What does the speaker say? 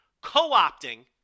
co-opting